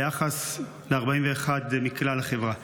ביחס ל-41% מכלל החברה.